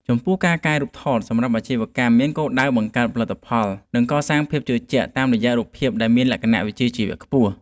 ចំពោះ ការកែរូបថតសម្រាប់អាជីវកម្មមានគោលដៅបង្កើនតម្លៃផលិតផល និងកសាងភាពជឿជាក់តាមរយៈរូបភាពដែលមានលក្ខណៈវិជ្ជាជីវៈខ្ពស់។